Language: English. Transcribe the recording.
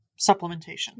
supplementation